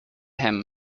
him